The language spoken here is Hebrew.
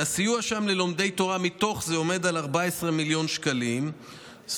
והסיוע שם ללומדי תורה עומד על 14 מיליון שקלים מתוך זה.